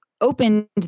opened